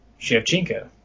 Shevchenko